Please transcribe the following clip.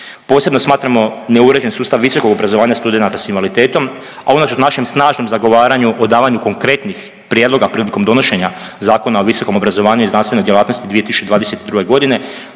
Posebno smatramo neuređen sustav visokog obrazovanja studenata s invaliditetom, a unatoč našem snažnom zagovaranju o davanju konkretnih prijedloga prilikom donošenja Zakona o visokom obrazovanju i znanstvenoj djelatnosti 2022. godine,